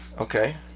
Okay